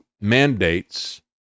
mandates